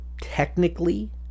technically